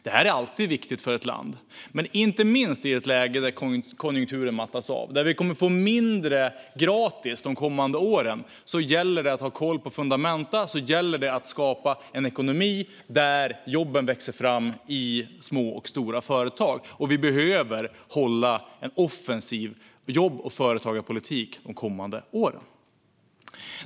Det här är alltid viktigt för ett land, men inte minst är det viktigt i ett läge då konjunkturen mattas av. Vi kommer att få mindre gratis de kommande åren, och då gäller det att ha koll på fundamenta och skapa en ekonomi där jobben växer fram i små och stora företag. Vi behöver föra en offensiv jobb och företagarpolitik de kommande åren.